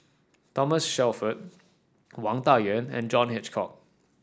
Thomas Shelford Wang Dayuan and John Hitchcock